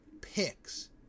picks